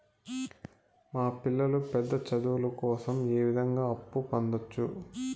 మా పిల్లలు పెద్ద చదువులు కోసం ఏ విధంగా అప్పు పొందొచ్చు?